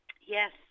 yes